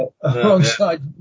alongside